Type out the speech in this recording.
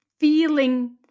feeling